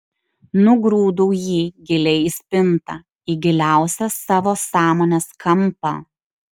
nugrūdau jį giliai į spintą į giliausią savo sąmonės kampą